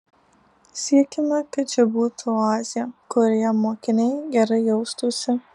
siekiame kad čia būtų oazė kurioje mokiniai gerai jaustųsi